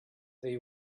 they